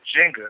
Jenga